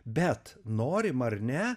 bet norim ar ne